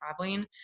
traveling